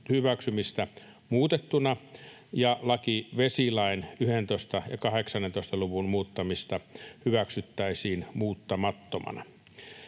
hyväksymistä muutettuna, ja laki vesilain 11 ja 18 luvun muuttamisesta hyväksyttäisiin muuttamattomana.